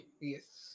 Yes